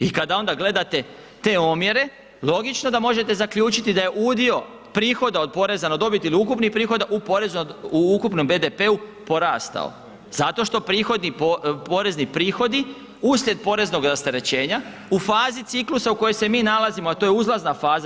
I kada onda gledate te omjere logično da možete zaključiti da je udio prihoda od poreza na dobit ili ukupnih prihoda u ukupnom BDP-u porastao zato što porezni prihodi uslijed poreznog rasterećenja u fazi ciklusa u kojoj se mi nalazimo a to je uzlazna faza.